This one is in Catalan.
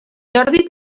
jordi